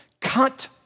cut